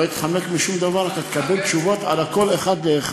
אז זאת השאלה,